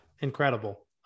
incredible